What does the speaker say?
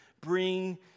bring